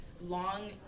long